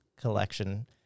collection